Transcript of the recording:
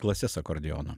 klases akordeono